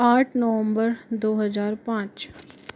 आठ नवम्बर दो हज़ार पाँच